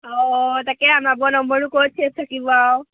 অঁ তাকে আমাৰবােৰৰ নম্বৰনো ক'ত ছেভ থাকিব আৰু